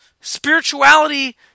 spirituality